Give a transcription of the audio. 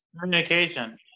communication